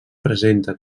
presenta